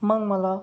मग मला